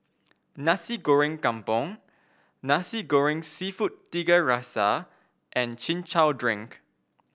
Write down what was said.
Nasi Goreng Kampung Nasi Goreng seafood Tiga Rasa and Chin Chow Drink